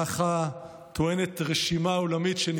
ככה נטען ברשימה עולמית,